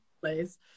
Please